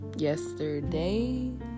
yesterday